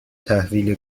تحویل